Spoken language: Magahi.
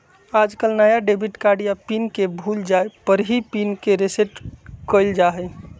आजकल नया डेबिट कार्ड या पिन के भूल जाये पर ही पिन के रेसेट कइल जाहई